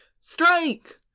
strike